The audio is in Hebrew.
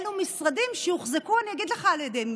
אלה משרדים שהוחזקו, אני אגיד לך על ידי מי.